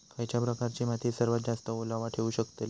खयच्या प्रकारची माती सर्वात जास्त ओलावा ठेवू शकतली?